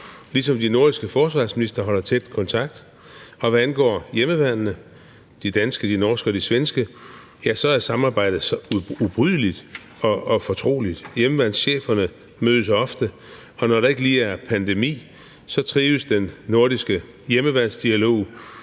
ligesom de nordiske forsvarsministre holder tæt kontakt. Og hvad angår de danske, norske og svenske hjemmeværn, så er samarbejdet ubrydeligt og fortroligt. Hjemmeværnscheferne mødes ofte, og når der ikke lige er pandemi, trives den nordiske hjemmeværnsdialog